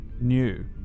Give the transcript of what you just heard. new